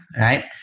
right